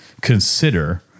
consider